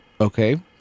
okay